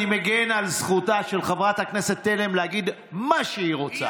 אני מגן על זכותה של חברת הכנסת תלם להגיד מה שהיא רוצה.